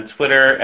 Twitter